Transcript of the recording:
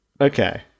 okay